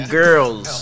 girls